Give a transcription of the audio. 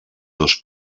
dos